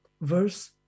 verse